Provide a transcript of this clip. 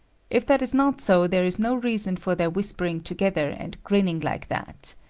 if that is not so, there is no reason for their whispering together and grinning like that.